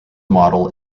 model